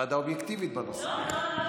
ועדה אובייקטיבית בנושא.